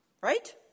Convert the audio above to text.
right